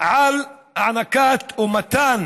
על הענקה או מתן